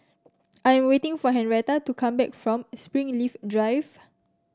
I am waiting for Henretta to come back from Springleaf Drive